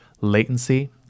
latency